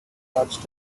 dutch